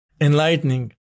Enlightening